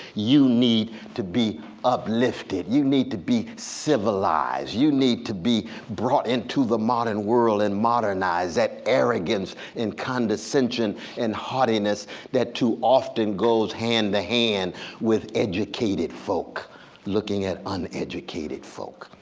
you need to be uplifted. you need to be civilized. you need to be brought into the modern world and modernized. that arrogance and condescension and haughtiness that too often goes hand to hand with educated folk looking at uneducated folk.